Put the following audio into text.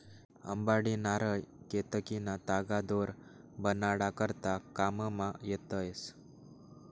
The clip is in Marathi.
अंबाडी, नारय, केतकीना तागा दोर बनाडा करता काममा येतस